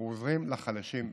אנחנו עוזרים לחלשים ביותר,